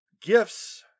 gifts